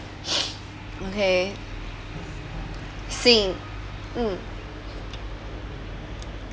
okay same mm